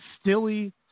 stilly